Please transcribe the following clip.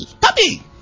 Puppy